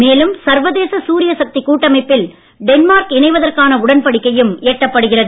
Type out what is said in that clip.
மேலும் சர்வதேச சூர்யசக்தி கூட்டமைப்பில் டென்மார்க் இணைவதற்கான உடன்படிக்கையும் எட்டப்படுகிறது